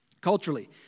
Culturally